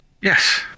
Yes